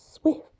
swift